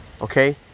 okay